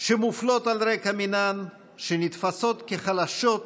שמופלות על רקע מינן, שנתפסות כחלשות,